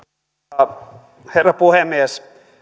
arvoisa herra puhemies